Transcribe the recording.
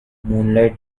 moonlight